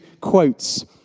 quotes